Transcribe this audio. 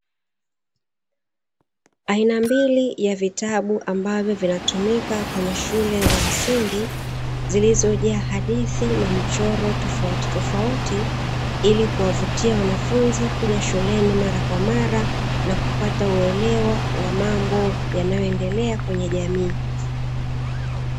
Aina mbili ya vitabu ambavyo vinatumika kwenye shule za msingi zilizojaa hadithi na michoro tofautitofauti, ili kuwavutia wanafunzi kuja shuleni mara kwa mara, na kupata uelewa wa mambo yanayoendelea kwenye jamii.